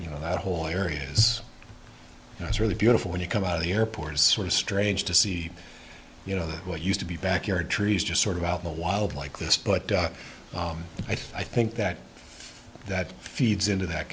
you know that whole area is you know it's really beautiful when you come out of the airport sort of strange to see you know that what used to be backyard trees just sort of out the wild like this but i think that that feeds into that